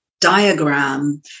diagram